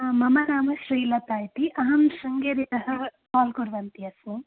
हा मम नाम श्रीलता इति अहं शृङ्गेरीतः काल् कुर्वति अस्मि